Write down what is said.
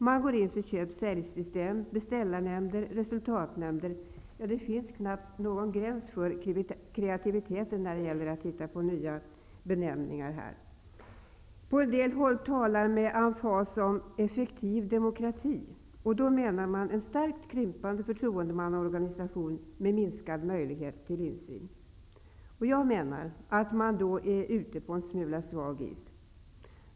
Man går in för köp--sälj-system, beställarnämnder, resultatnämnder -- ja, det finns knappast någon gräns för kreativiteten när det gäller att hitta på nya benämningar. På en del håll talar man med emfas om ''effektiv demokrati'', och då menar man en starkt krympande förtroendemannaorganisation med minskad möjlighet till insyn. Jag menar att man då är ute på en smula svag is.